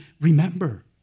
remember